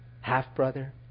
half-brother